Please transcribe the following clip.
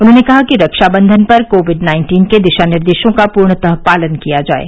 उन्होंने कहा कि रक्षाबंधन पर कोविड नाइन्टीन के दिशा निर्देशों का पूर्णतः पालन किया जाये